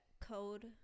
code